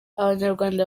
abanyarwanda